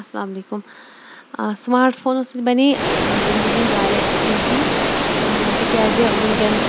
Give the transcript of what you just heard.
اسلام علیکُم سماٹ فونَو سۭتۍ بَنے زِندگی واریاہ ایٖزی تکیازِ وٕنکٮ۪ن